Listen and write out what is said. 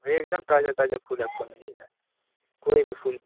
एक दम ताज़ा ताज़ा फूल आपको मिलेगा कोई भी फूल